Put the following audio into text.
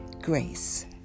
grace